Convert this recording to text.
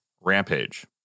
Rampage